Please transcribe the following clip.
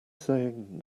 saying